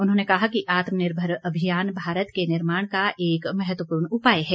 उन्होंने कहा कि आत्मनिर्भर अभियान भारत के निर्माण का एक महत्वपूर्ण उपाय है